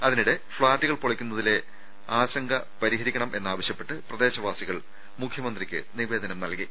അതിനിടെ ഫ്ളാറ്റുകൾ പൊളിക്കുന്ന തിലെ ആശങ്ക പുരിഹരിക്കണമെന്നാവശ്യപ്പെട്ട് പ്രദേശവാസികൾ മുഖ്യമ ന്ത്രിക്ക് നിവേദനം നൽകി